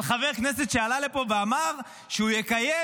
על חבר כנסת שעלה לפה ואמר שהוא יקיים